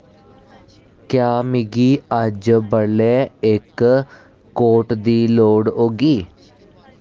क्या मिगी अज्ज बडलै इक कोट दी लोड़ होगी